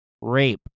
rape